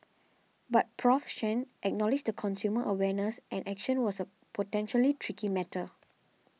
but Professor Chen acknowledged consumer awareness and action was a potentially tricky matter